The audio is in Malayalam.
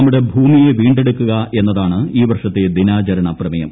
നമ്മുടെ ഭൂമിയെ വീണ്ടെടുക്കുക എന്നതാണ് ഈ വർഷത്തെ ദിനാചരണ പ്രമേയം